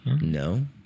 No